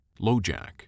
LoJack